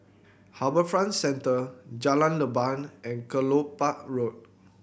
HarbourFront Centre Jalan Leban and Kelopak Road